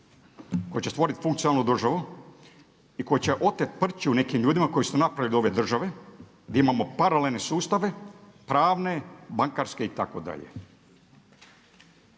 koji će stvoriti funkcionalnu državu i koji će oteti prćiju nekim ljudima koji su to napravili od ove države, gdje imamo paralelne sustave, pravne, bankarske itd.